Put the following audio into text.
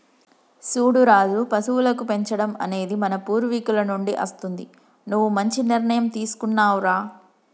సూడు రాజు పశువులను పెంచడం అనేది మన పూర్వీకుల నుండి అస్తుంది నువ్వు మంచి నిర్ణయం తీసుకున్నావ్ రా